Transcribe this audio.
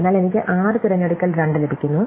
അതിനാൽ എനിക്ക് 6 തിരഞ്ഞെടുക്കൽ 2 ലഭിക്കുന്നു